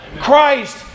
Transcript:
Christ